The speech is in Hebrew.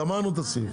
גמרנו את הסעיף.